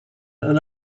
and